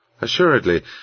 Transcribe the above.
Assuredly